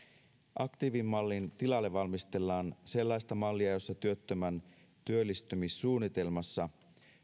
aktiivimallin tilalle valmistellaan sellaista mallia jossa työttömän työllistymissuunnitelmassa